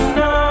no